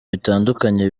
bitandukanye